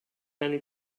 many